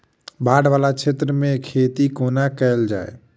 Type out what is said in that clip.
बाढ़ वला क्षेत्र मे खेती कोना कैल जाय?